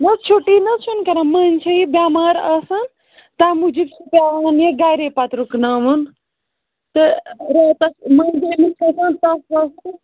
نہ حظ چھُٹی نہ حظ چھُ نہ کران مٔنٛزۍ چھُ یہِ بیٚمار آسان تمہ موٗجُب چھُ پیٚوان یہ پتہٕ گرے رُکناوُن تہٕ راتَس مٔنٛز امس کھَسان تپھ وپھ تہٕ